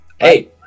Hey